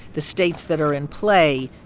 the states that are in play,